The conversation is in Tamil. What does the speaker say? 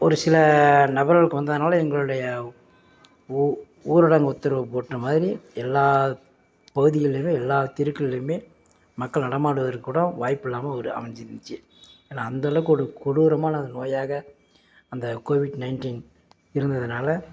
ஒரு சில நபர்களுக்கு வந்ததுனால் எங்களுடைய ஊ ஊரடங்கு உத்தரவு போட்ட மாதிரி எல்லாம் பகுதிகள்லேயுமே எல்லாம் தெருக்கள்லேயுமே மக்கள் நடமாடுவதற்குக்கூட வாய்ப்பில்லாமல் ஒரு அமைஞ்சுருந்துச்சி ஏன்னால் அந்தளவுக்கு ஒரு கொடூரமான நோயாக அந்த கோவிட் நயின்டின் இருந்ததுனால்